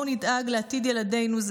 בואו נדאג לעתיד ילדינו.